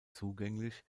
zugänglich